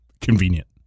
Convenient